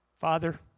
Father